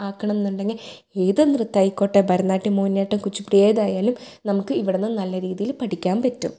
ആക്കണമെന്നുണ്ടെങ്കിൽ ഏത് നൃത്തമായിക്കോട്ടെ ഭരതനാട്യം മോഹിനിയാട്ടം കുച്ചിപ്പിടി ഏതായാലും നമുക്ക് ഇവിടുന്ന് നല്ല രീതിയില് പഠിക്കാൻ പറ്റും